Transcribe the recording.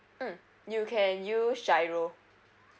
mm you can use giro